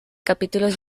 capítulos